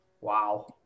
Wow